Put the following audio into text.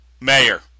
mayor